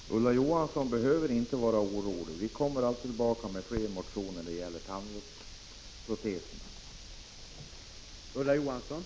Herr talman! Ulla Johansson behöver inte vara orolig. Vi kommer allt tillbaka med fler motioner när det gäller tandproteserna.